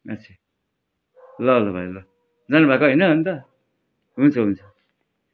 अच्छा ल ल भाइ ल जानुभएको होइन अन्त हुन्छ हुन्छ